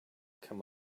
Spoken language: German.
kann